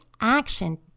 action